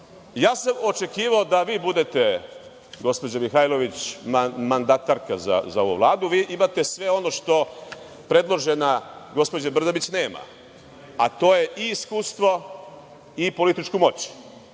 stvari. Očekivao sam da vi budete, gospođo Mihajlović, mandatarka za ovu Vladu. Vi imate sve ono što predložena gospođa Brnabić nema, a to je i iskustvo i politička moć.